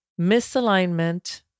Misalignment